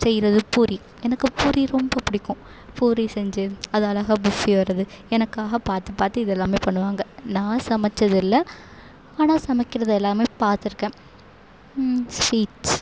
செய்கிறது பூரி எனக்கு பூரி ரொம்ப பிடிக்கும் பூரி செஞ்சு அது அழகா உஃப்பி வரது எனக்காக பார்த்து பார்த்து இது எல்லாமே பண்ணுவாங்க நான் சமைச்சது இல்லை ஆனால் சமைக்கிறது எல்லாமே பார்த்துருக்கேன் ஸ்வீட்ஸ்